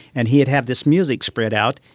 and he had had this music spread out,